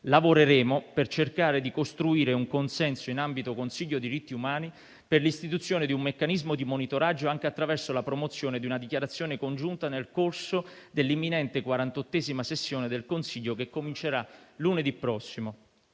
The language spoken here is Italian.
Lavoreremo per cercare di costruire un consenso in ambito Consiglio per i diritti umani per l'istituzione di un meccanismo di monitoraggio anche attraverso la promozione di una dichiarazione congiunta nel corso dell'imminente quarantottesima sessione del Consiglio, che comincerà lunedì prossimo.